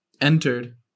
Entered